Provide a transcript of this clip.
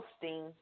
posting